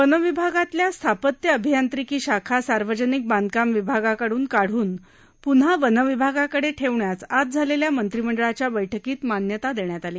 one विभागातील स्थापत्य अभियांत्रिकी शाखा सार्वजनिक बांधकाम विभागाकडून काढून पन्हा वन विभागाकडे ठेवण्यास आज झालेल्या मंत्रिमंडळाच्या बैठकीत मान्यता देण्यात आली